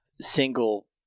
single